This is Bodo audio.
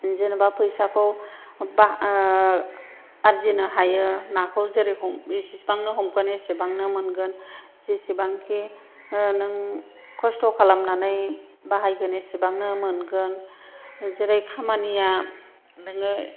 जेनेबा फैसाखौ आरजिनो हायो नाखौ जेर'खम जेसेबांनो हमगोन एसेबांनो मोनगोन जेसेबांखि नों खस्थ' खालामनानै बाहायगोन एसेबांनो मोनगोन जेरै खामानिया नोङो